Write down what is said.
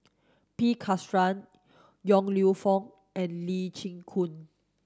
P Krishnan Yong Lew Foong and Lee Chin Koon